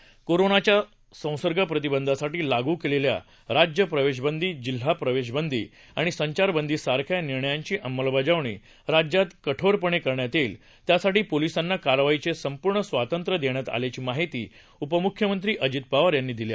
कोरोनाच्या संसर्ग प्रतिबंधासाठी लागू केलेल्या राज्य प्रवेशबंदी जिल्हा प्रवेशबंदी आणि संचारबंदीसारख्या निर्णयांची अंमलबजावणी राज्यात कठोरपणे करण्यात येईल त्यासाठी पोलिसांना कारवाईचे संपूर्ण स्वातंत्र्य देण्यात आल्याची माहिती उपम्ख्यमंत्री अजित पवार यांनी दिली आहे